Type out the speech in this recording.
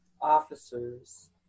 officers